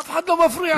אף אחד לא מפריע לך.